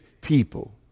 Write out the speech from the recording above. people